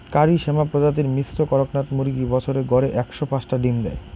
কারি শ্যামা প্রজাতির মিশ্র কড়কনাথ মুরগী বছরে গড়ে একশো পাঁচটা ডিম দ্যায়